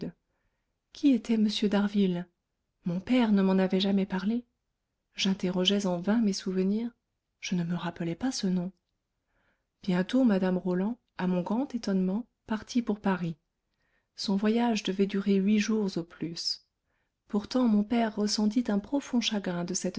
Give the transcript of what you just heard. qui était m d'harville mon père ne m'en avait jamais parlé j'interrogeais en vain mes souvenirs je ne me rappelais pas ce nom bientôt mme roland à mon grand étonnement partit pour paris son voyage devait durer huit jours au plus pourtant mon père ressentit un profond chagrin de cette